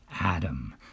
Adam